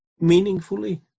meaningfully